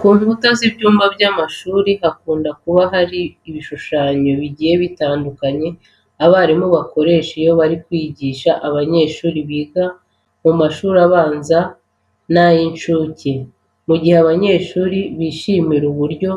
Ku nkuta z'ibyumba by'amashuri hakunda kuba hari ibishushanyo bigiye bitandukanye abarimu bakoresha iyo bari kwigisha abanyeshuri biga mu mashuri abanza n'ay'incuke. Mu gihe abanyeshuri bishimira uburyo